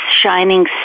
shining